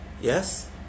yes